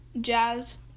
jazz